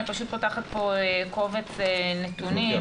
אני פשוט פותחת פה קובץ נתונים.